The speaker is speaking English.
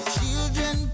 Children